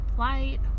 Light